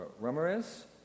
Ramirez